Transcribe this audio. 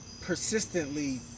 persistently